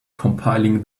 compiling